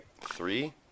Three